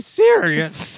serious